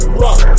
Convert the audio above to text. rock